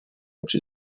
which